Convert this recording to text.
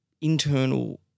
internal